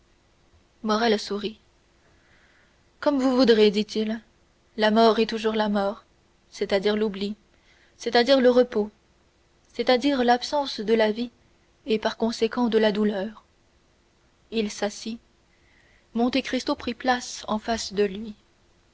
sourit comme vous voudrez dit-il la mort est toujours la mort c'est-à-dire l'oubli c'est-à-dire le repos c'est-à-dire l'absence de la vie et par conséquent de la douleur il s'assit monte cristo prit place en face de lui